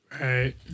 right